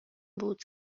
بود